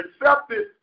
accepted